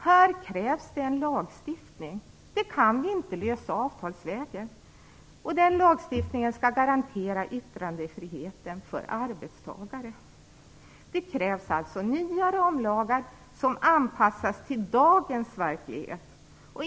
Här krävs det en lagstiftning. Det kan vi inte lösa avtalsvägen. Den lagstiftningen skall garantera yttrandefriheten för arbetstagare. Det krävs nya ramlagar som är anpassade till dagens verklighet.